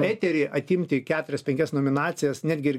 eterį atimti keturias penkias nominacijas netgi ir